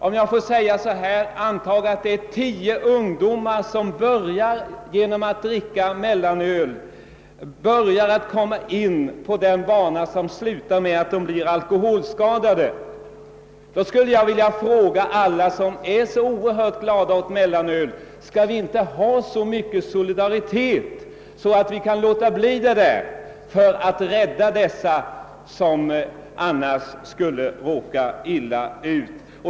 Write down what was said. Om vi tänker oss att tio ungdomar genom att dricka mellanöl kommer in på en väg som slutar med att de blir alkoholskadade, skulle jag vilja fråga alla dem som är så glada åt mellanölet om vi inte skall visa så stor solidaritet att vi kan avstå från denna sak för att rädda dessa ungdomar som annars skulle råka illa ut.